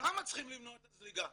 שם צריכים למנוע את הזליגה.